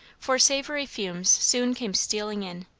for savoury fumes soon came stealing in.